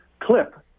clip